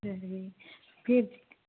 ਅੱਛਾ ਜੀ ਫਿਰ